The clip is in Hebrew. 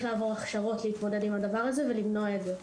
לעבור הכשרות להתמודד עם הדבר הזה ולמנוע את זה.